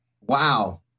Wow